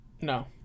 no